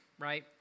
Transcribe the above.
Right